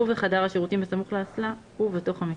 ובחדר השירותים בסמוך לאסלה ובתוך המקלחון.